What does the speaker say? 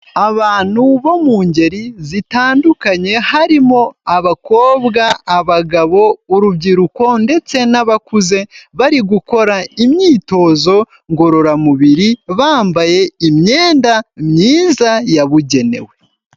Abantu bo mu ngeri zitandukanye harimo abakobwa abagabo urubyiruko ndetse n'abakuze bari gukora imyitozo ngororamubiri bambaye imyenda myiza yabugenewe.